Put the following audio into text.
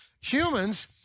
Humans